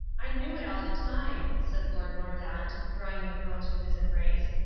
i knew it all the time, said lord mordaunt, drawing the girl to his embrace,